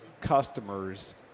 customers